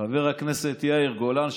חבר הכנסת יאיר גולן,